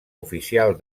oficial